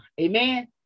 Amen